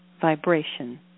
vibration